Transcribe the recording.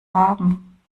haben